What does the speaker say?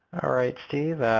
all right steve,